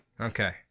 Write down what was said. Okay